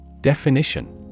Definition